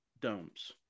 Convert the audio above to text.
domes